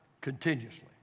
continuously